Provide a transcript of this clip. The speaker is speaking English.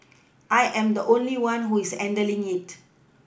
I am the only one who is handling it